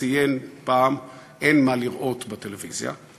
ציין פעם: אין מה לראות בטלוויזיה.